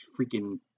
freaking